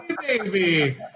baby